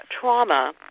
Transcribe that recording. trauma